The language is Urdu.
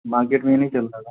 مارکٹ میں یہ نہیں چلتا تھا